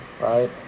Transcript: Right